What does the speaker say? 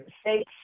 states